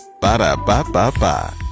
Ba-da-ba-ba-ba